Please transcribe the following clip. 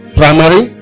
primary